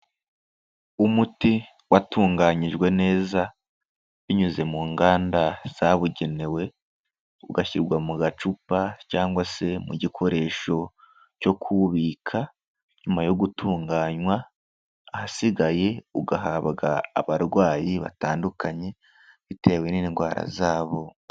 Umuti watunganyijwe neza binyuze mu nganda zabugenewe, ugashyirwa mu gacupa cyangwa se mu gikoresho cyo kuwubika nyuma yo gutunganywa, ahasigaye ugahabwa abarwayi batandukanye bitewe n'indwara zabo.